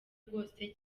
bwose